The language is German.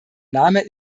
name